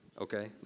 okay